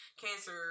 Cancer